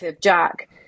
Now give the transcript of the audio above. Jack